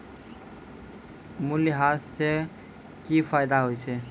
मूल्यह्रास से कि फायदा होय छै?